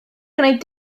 gwneud